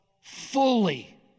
fully